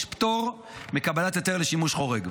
יש פטור מקבלת היתר לשימוש חורג,